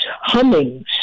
humming